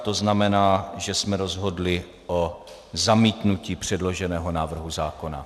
To znamená, že jsme rozhodli o zamítnutí předloženého návrhu zákona.